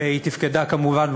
היא תפקדה כמובן,